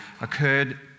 occurred